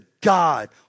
God